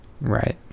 Right